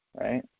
right